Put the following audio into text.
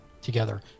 together